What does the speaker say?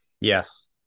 Yes